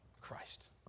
Christ